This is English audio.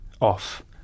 off-